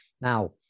Now